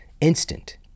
instant